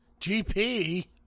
GP